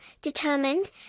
determined